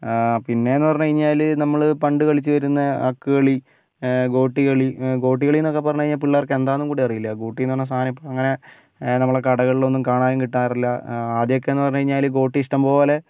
പിന്നെയെന്ന് പറഞ്ഞുകഴിഞ്ഞാൽ നമ്മൾ പണ്ടുകളിച്ച് വരുന്ന അക്കുകളി ഗോട്ടികളി ഗോട്ടികളി എന്നൊക്കെ പറഞ്ഞുകഴിഞ്ഞാൽ പിള്ളേർക്ക് എന്താണെന്ന് പോലും അറിയില്ല ഗോട്ടി എന്ന് പറഞ്ഞ സാധനം ഇപ്പം അങ്ങനെ നമ്മുടെ കടകളിലൊന്നും കാണാനും കിട്ടാറില്ല ആദ്യം ഒക്കെ എന്ന് പറഞ്ഞുകഴിഞ്ഞാൽ ഗോട്ടി ഇഷ്ടംപോലെ